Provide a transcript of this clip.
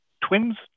Twins